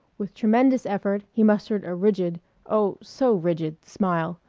with tremendous effort he mustered a rigid oh, so rigid smile,